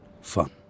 fun